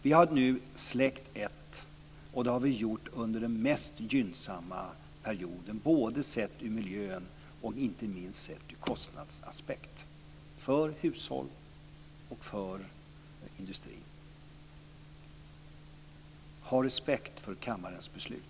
Vi har nu släckt ettan och det har vi gjort under den mest gynnsamma perioden, både sett till miljön och, inte minst, sett till kostnadsaspekten för hushåll och för industrin. Ha respekt för kammarens beslut!